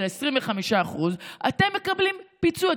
של 25% אתם מקבלים פיצוי,